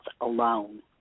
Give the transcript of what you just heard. alone